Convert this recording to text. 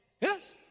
Yes